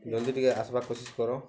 ଜଲ୍ଦି ଟିକେ ଆସ୍ବାର୍ କୋସିସ୍ କର